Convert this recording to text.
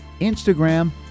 Instagram